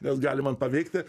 nes gali man paveikti